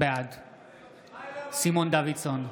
בעד סימון דוידסון,